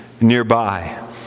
nearby